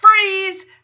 Freeze